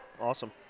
awesome